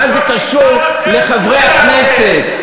מה זה קשור לחברי הכנסת?